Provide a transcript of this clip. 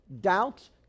doubts